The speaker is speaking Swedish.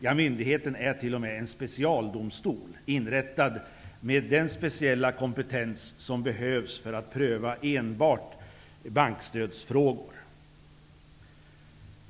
Ja, myndigheten är t.o.m. en specialdomstol, inrättad med den speciella kompetens som behövs för att pröva enbart bankstödsfrågor.